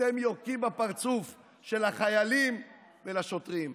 אתם יורקים בפרצוף של החיילים ושל השוטרים,